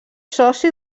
soci